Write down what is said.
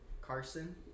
Carson